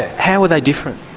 how were they different?